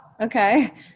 okay